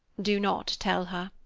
do not tell her,